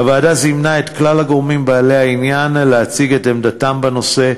הוועדה זימנה את כלל הגורמים בעלי העניין להציג את עמדתם בנושא,